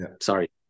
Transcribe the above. Sorry